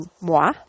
moi